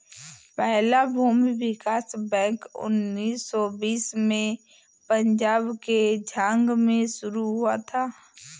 पहला भूमि विकास बैंक उन्नीस सौ बीस में पंजाब के झांग में शुरू हुआ था